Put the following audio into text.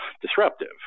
disruptive